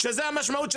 שזו המשמעות,